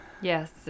yes